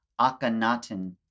Akhenaten